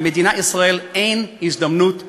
למדינת ישראל אין הזדמנות שנייה.